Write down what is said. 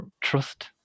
trust